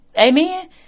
amen